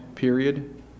period